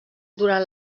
durant